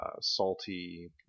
Salty